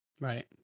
Right